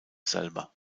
selber